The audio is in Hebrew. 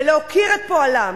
ולהוקיר את פועלם.